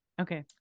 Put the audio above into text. Okay